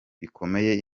bikomeye